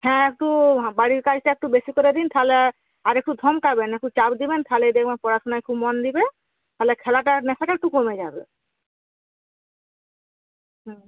হ্যাঁ একটু বাড়ির কাজটা একটু বেশি করে দিন তাহলে আর একটু ধমকাবেন একটু চাপ দিবেন তাহলেই দেখবেন পড়াশোনায় খুব মন দিবে তাহলে খেলাটার নেশাটা একটু কমে যাবে হুম